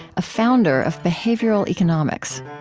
a founder of behavioral economics